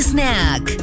Snack